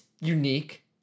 unique